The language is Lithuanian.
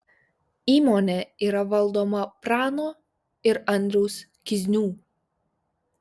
įmonė yra valdoma prano ir andriaus kiznių